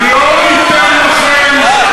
לא ניתן לכם.